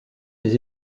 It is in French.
des